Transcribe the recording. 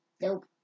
Nope